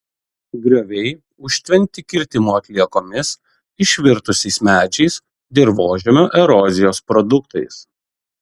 grioviai užtvenkti kirtimo atliekomis išvirtusiais medžiais dirvožemio erozijos produktais